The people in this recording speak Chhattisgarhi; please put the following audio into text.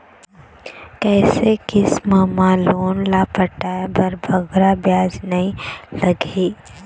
कइसे किस्त मा लोन ला पटाए बर बगरा ब्याज नहीं लगही?